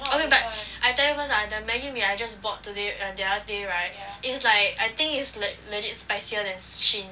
okay but I tell you first ah the Maggi mee I just bought today ah the other day right is like I think it's like legit spicier than s~ Shin